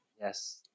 yes